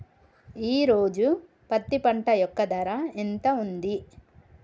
ఈ రోజు పత్తి పంట యొక్క ధర ఎంత ఉంది?